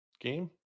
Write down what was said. game